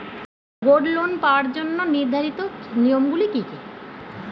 Gold loan পাওয়ার জন্য নির্ধারিত নিয়ম গুলি কি?